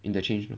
interchange